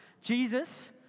Jesus